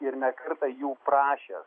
ir ne kartą jų prašęs